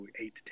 eight